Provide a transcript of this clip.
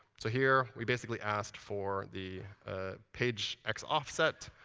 so here, we basically asked for the ah page x offset.